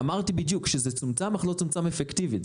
אמרתי בדיוק שזה צומצם, אבל לא צומצם אפקטיבית.